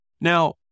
Now